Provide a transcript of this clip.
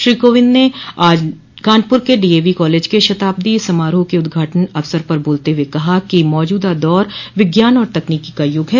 श्री कोविंद ने आज कानपुर के डीएवी कॉलेज के शताब्दी समारोह के उद्घाटन अवसर पर बोलते हुए कहा कि मौजूदा दौर विज्ञान और तकनीकी का युग है